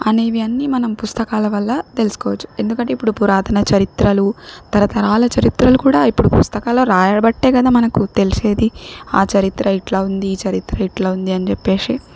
అనేవి అన్నీ మనం పుస్తకాల వల్ల తెల్సుకోవచ్చు ఎందుకంటే ఇప్పుడు పురాతన చరిత్రలు తరతరాల చరిత్రలు కూడా ఇప్పుడు పుస్తకాల్లో రాయబట్టే కదా మనకు తెలిసేది ఆ చరిత్ర ఇట్లా ఉంది ఈ చరిత్ర ఇట్లా ఉంది అని చెప్పేసి